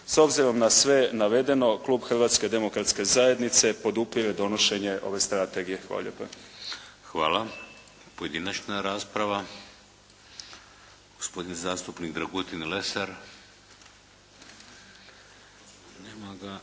S obzirom na sve navedeno klub Hrvatske demokratske zajednice podupire donošenje ove strategije. Hvala lijepa. **Šeks, Vladimir (HDZ)** Hvala. Gospodin zastupnik Dragutin Lesar.